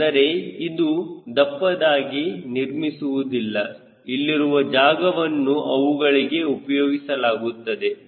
ಅಂದರೆ ಇದು ದಪ್ಪದಾಗಿ ನಿರ್ಮಿಸುವುದಿಲ್ಲ ಇಲ್ಲಿರುವ ಜಾಗವನ್ನು ಅವುಗಳಿಗೆ ಉಪಯೋಗಿಸಲಾಗುತ್ತದೆ